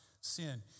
sin